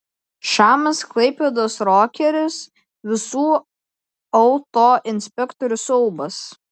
šamas klaipėdos rokeris visų autoinspektorių siaubas